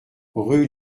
rue